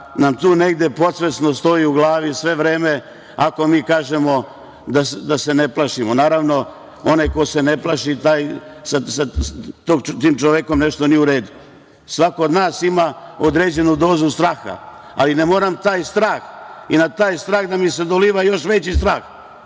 nam tu negde podsvesno stoji u glavi sve vreme i svi se mi plašimo. Naravno, onaj ko se ne plaši, sa tim čovekom nešto nije u redu. Svako od nas ima određenu dozu straha, ali ne moram taj strah i na taj strah da mi se doliva još veći strah